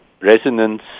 resonance